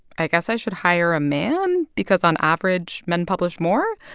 i guess i should hire a man because, on average, men publish more.